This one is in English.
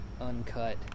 uncut